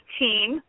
team